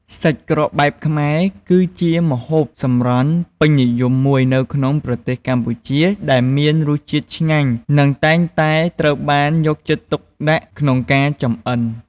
សាច់ក្រកបែបខ្មែរ គឺជាម្ហូបសម្រន់ពេញនិយមមួយនៅក្នុងប្រទេសកម្ពុជា ដែលមានរសជាតិឆ្ងាញ់ និងតែងតែត្រូវបានយកចិត្តទុកដាក់ក្នុងការចម្អិន។